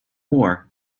war